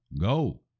go